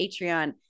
Patreon